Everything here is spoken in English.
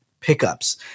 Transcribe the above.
pickups